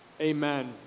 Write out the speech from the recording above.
amen